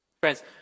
Friends